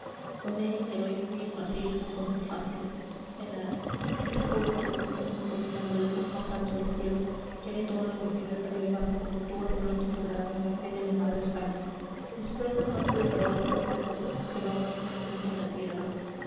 con ella el heroísmo y el martirio son cosas fáciles genara yo te juro ante dios que nos está mirando desde lo más alto del cielo que haré todo lo posible para elevarme como tú hasta el último grado en la fe de la madre españa mis proezas no han sido hasta ahora muy grandes pero aún hay franceses en la tierra